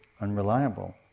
unreliable